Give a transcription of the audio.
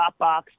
Dropbox